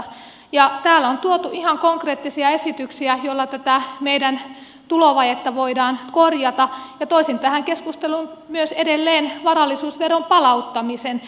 täällä on tuotu ihan konkreettisia esityksiä joilla tätä meidän tulovajetta voidaan korjata ja toisin tähän keskusteluun myös edelleen varallisuusveron palauttamisen